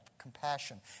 compassion